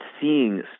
seeing